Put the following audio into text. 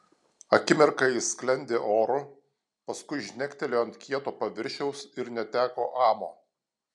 akimirką ji sklendė oru paskui žnektelėjo ant kieto paviršiaus ir neteko amo